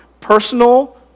personal